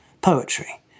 poetry